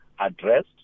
addressed